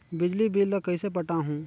बिजली बिल ल कइसे पटाहूं?